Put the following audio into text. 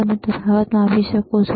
તમે તફાવત માપી શકો છો